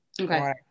Okay